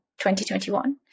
2021